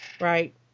right